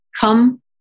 come